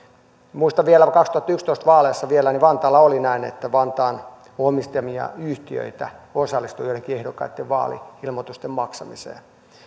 muistan että vielä vuonna kaksituhattayksitoista vaaleissa vantaalla oli näin että vantaan omistamia yhtiöitä osallistui joidenkin ehdokkaitten vaali ilmoitusten maksamiseen